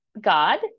God